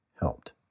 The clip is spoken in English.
helped